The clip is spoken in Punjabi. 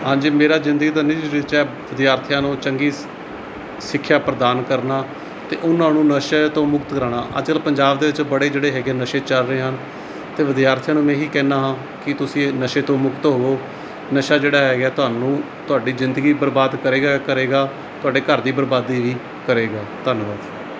ਹਾਂਜੀ ਮੇਰਾ ਜ਼ਿੰਦਗੀ ਦਾ ਨਿੱਜੀ ਟੀਚਾ ਹੈ ਵਿਦਿਆਰਥੀਆਂ ਨੂੰ ਚੰਗੀ ਸਿੱਖਿਆ ਪ੍ਰਦਾਨ ਕਰਨਾ ਅਤੇ ਉਹਨਾਂ ਨੂੰ ਨਸ਼ੇ ਤੋਂ ਮੁਕਤ ਕਰਵਾਉਣਾ ਅੱਜ ਕੱਲ੍ਹ ਪੰਜਾਬ ਦੇ ਵਿੱਚ ਬੜੇ ਜਿਹੜੇ ਹੈਗੇ ਨਸ਼ੇ ਚੱਲ ਰਹੇ ਹਨ ਅਤੇ ਵਿਦਿਆਰਥੀਆਂ ਨੂੰ ਮੈਂ ਇਹੀ ਕਹਿੰਦਾ ਹਾਂ ਕਿ ਤੁਸੀਂ ਇਹ ਨਸ਼ੇ ਤੋਂ ਮੁਕਤ ਹੋਵੋ ਨਸ਼ਾ ਜਿਹੜਾ ਹੈਗਾ ਤੁਹਾਨੂੰ ਤੁਹਾਡੀ ਜ਼ਿੰਦਗੀ ਬਰਬਾਦ ਕਰੇਗਾ ਏ ਕਰੇਗਾ ਤੁਹਾਡੇ ਘਰ ਦੀ ਬਰਬਾਦੀ ਵੀ ਕਰੇਗਾ ਧੰਨਵਾਦ